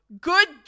Good